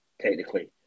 technically